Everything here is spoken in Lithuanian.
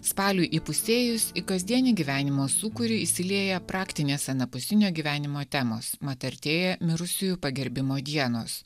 spaliui įpusėjus į kasdienį gyvenimo sūkurį įsilieja praktinės anapusinio gyvenimo temos mat artėja mirusiųjų pagerbimo dienos